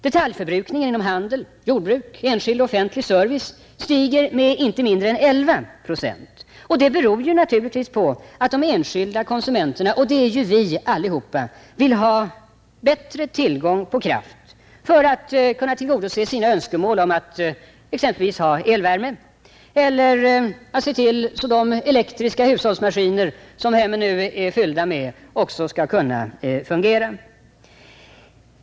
Detaljförbrukningen inom handel, jordbruk, enskild och offentlig service stiger med inte mindre än 11 procent, och det beror naturligtvis på att de enskilda konsumenterna — det är vi alla — vill ha bättre tillgång på kraft för att tilllgodose sina önskemål om elvärme eller om att de elektriska hushållsmaskiner som hemmen nu är fyllda med också skall kunna fungera.